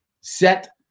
Set